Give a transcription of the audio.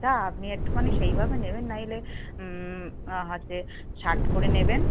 তা আপনি একটুখানি সেইভাবে নেবেন নইলে হাতে ষাট করে নেবেন